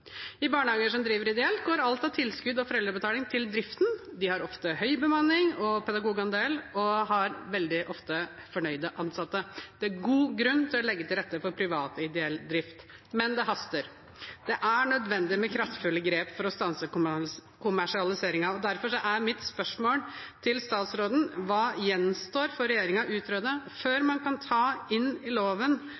I barnehager som driver ideelt, går alt av tilskudd og foreldrebetaling til driften. De har ofte høy bemanning og høy pedagogandel og har veldig ofte fornøyde ansatte. Det er god grunn til å legge til rette for privat-ideell drift, men det haster. Det er nødvendig med kraftfulle grep for å stanse kommersialiseringen. Derfor er mitt spørsmål til statsråden: Hva gjenstår for regjeringen å utrede før